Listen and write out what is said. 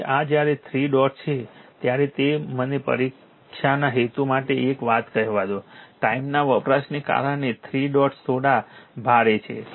હવે આ જ્યારે 3 ડોટ્સ છે ત્યારે મને પરીક્ષાના હેતુ માટે એક વાત કહેવા દો ટાઇમના વપરાશને કારણે 3 ડોટ્સ થોડા ભારે છે